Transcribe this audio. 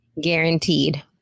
Guaranteed